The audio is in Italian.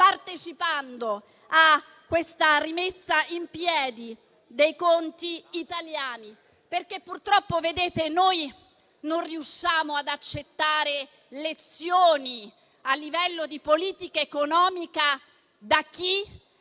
partecipando alla rimessa in piedi dei conti italiani. Purtroppo, noi non riusciamo ad accettare lezioni a livello di politica economica da chi